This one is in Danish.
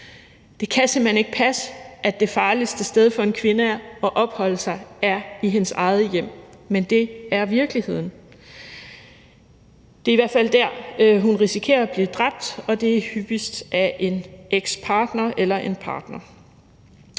Det kan simpelt hen ikke passe, at det farligste sted for en kvinde at opholde sig er i hendes eget hjem, men det er virkeligheden. Det er i hvert fald der, hun risikerer at blive dræbt, og det er hyppigst af en ekspartner eller en partner.